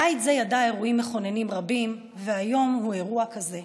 בית זה ידע אירועים מכוננים רבים והיום הוא אירוע כזה.